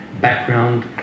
background